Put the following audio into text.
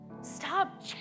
stop